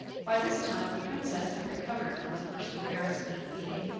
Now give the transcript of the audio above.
by this time the princess had recovered from the first embarrassment of meeting,